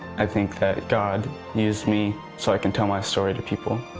i think that god used me so i can tell my story to people,